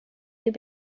you